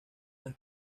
las